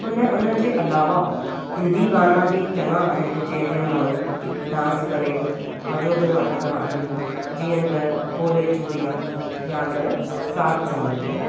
उन उन जे अलावा हिंदी गाना बि चङा आहिनि जंहिं ते माण्हू डांस करे मज़ो पिणु वठंदा आहिनि जीअं त बोले चूड़ियां या त सात समुंदर